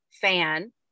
fan